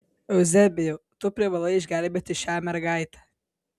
euzebijau tu privalai išgelbėti šią mergaitę